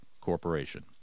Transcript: Corporation